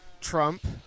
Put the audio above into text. Trump